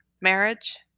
marriage